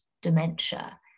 dementia